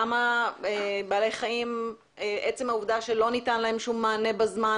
לכמה בעלי חיים שלא ניתן מענה בזמן